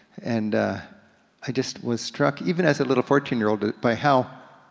and i just was struck, even as a little fourteen year old by how,